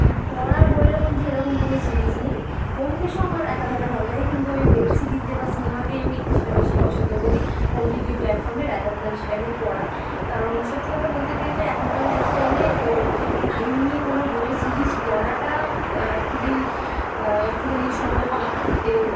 পড়া বইয়ের মধ্যে এরকম কোনো সিরিজ নেই বোমকেসও আমার একাধারে ভাল লাগে কিন্তু ওই ওয়েব সিরিজে বা সিনেমাতেই আমি সেটা বেশি পছন্দ করি ওটিটি প্ল্যাটফর্মে র্যাদার দেন সেটাকে পড়া কারণ সত্যি কথা বলতে গেলে এখনকার লাইফস্টাইলে টাইম নিয়ে কোনো বইয়ের সিরিজ পড়াটা খুবই একটুখানি সময় এর